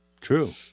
True